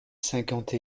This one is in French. cinquante